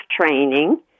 training